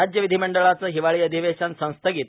राज्य विधीमंडळाचं हिवाळी अधिवेशन संस्थगित